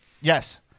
Yes